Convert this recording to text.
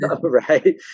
right